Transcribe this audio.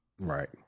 Right